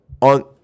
on